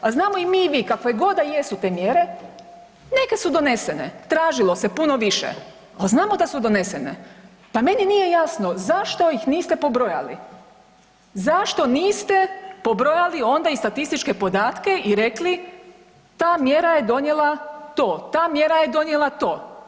A znamo i mi i vi kakve god da jesu te mjere neke su donesene, tražilo se puno više, ali znamo da su donesene pa meni nije jasno zašto ih niste pobrojali, zašto niste pobrojali onda i statističke podatke i rekli ta mjera je donijela to, ta mjera je donijela to.